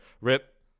rip